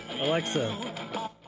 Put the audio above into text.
Alexa